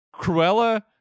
Cruella